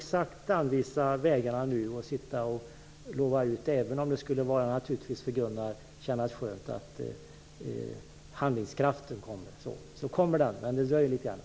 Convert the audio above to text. Även om det för Gunnar naturligtvis skulle kännas skönt med handlingskraft, kan vi inte nu exakt anvisa vägarna och ge löften, utan det dröjer litet grand.